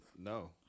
No